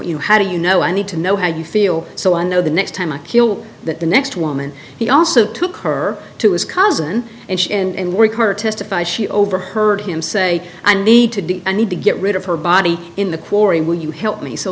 you how do you know i need to know how you feel so i know the next time i kill that the next woman he also took her to his cousin and and work her testify she overheard him say i need to do i need to get rid of her body in the quarry will you help me so